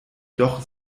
doch